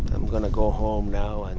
i'm gonna go home now. and